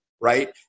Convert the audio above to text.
right